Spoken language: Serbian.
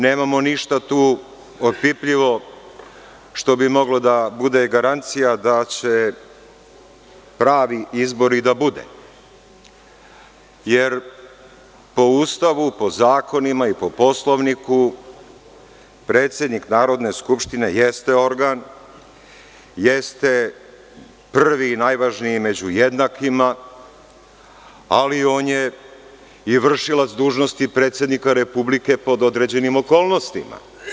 Nemamo ništa tu opipljivo što bi moglo da bude garancija da će pravi izbor i da bude, jer po Ustavu, po zakonima i po Poslovniku predsednik Narodne skupštine jeste organ, jeste prvi i najvažniji među jednakima, ali on je i vršilac dužnosti predsednika Republike pod određenim okolnostima.